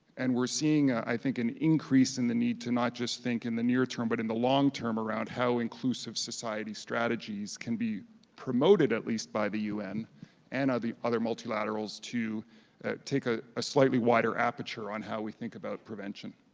and we're seeing i think an increase in the need to not just think in the near term but in the long term around how inclusive society strategies can be promoted at least by the un and at ah the other multilaterals to take ah a slightly wider aperture on how we think about prevention.